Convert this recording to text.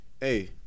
hey